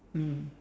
mm